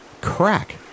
crack